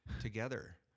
together